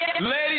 Ladies